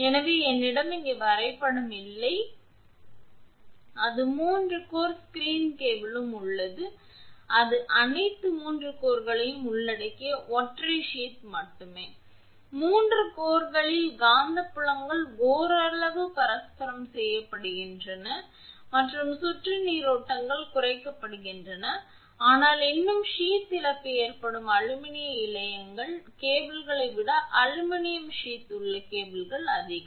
எனவே என்னிடம் இங்கே வரைபடம் இல்லை அது 3 கோர் ஸ்கிரீன் கேபிளும் உள்ளது அது அனைத்து 3 கோர்களையும் உள்ளடக்கிய ஒற்றை சீத் மட்டுமே 3 கோர்களின் காந்தப்புலங்கள் ஓரளவு பரஸ்பரம் ஈடுசெய்யப்படுகின்றன மற்றும் சுற்றும் நீரோட்டங்கள் குறைக்கப்படுகின்றன ஆனால் இன்னும் சீத் இழப்பு ஏற்படும் அலுமினிய இழையங்கள் கேபிள்களை விட அலுமினிய சீத்யுள்ள கேபிள்களில் அதிகம்